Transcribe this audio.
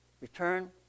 Return